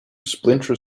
splinter